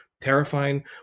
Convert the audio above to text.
terrifying